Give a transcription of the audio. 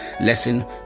lesson